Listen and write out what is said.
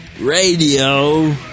Radio